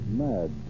mad